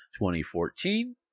2014